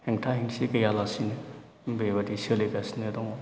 हेंथा हेंसि गैयालासेनो बेबायदि सोलिगासिनो दङ